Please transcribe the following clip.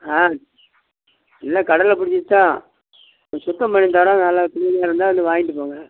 ஆ இல்லை கடலில் பிடிச்சது தான் சுத்தம் பண்ணித்தரோம் நல்லா கிளீனாக இருந்தால் வந்து வாங்கிகிட்டு போங்க